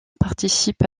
participe